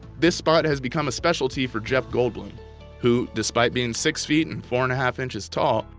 this spot has become a specialty for jeff goldblum who, despite being six feet and four and a half inches tall,